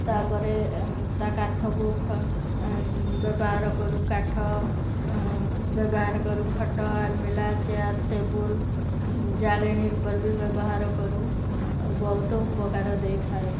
ତା'ପରେ ଏ ତା' କାଠକୁ ବ୍ୟବହାର କରୁ କାଠ ବ୍ୟବହାର କରୁ ଖଟ ଆଲମୀରା ଚେୟାର୍ ଟେବଲ୍ ଜାଳେଣୀ ରୂପରେ ବି ବ୍ୟବହାର କରୁ ଆଉ ବହୁତ ଉପକାର ଦେଇଥାଏ